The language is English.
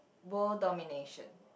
world domination